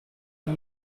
non